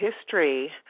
history